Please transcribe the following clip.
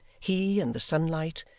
he, and the sunlight,